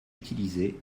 utilisé